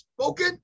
spoken